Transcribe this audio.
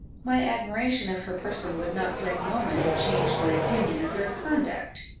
my admiration of her person would not for a moment have changed my opinion of her conduct.